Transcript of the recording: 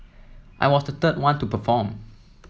I was the third one to perform